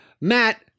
Matt